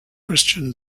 christian